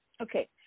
Okay